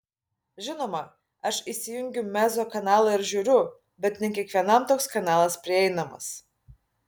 žinoma aš įsijungiu mezzo kanalą ir žiūriu bet ne kiekvienam toks kanalas prieinamas